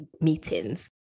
meetings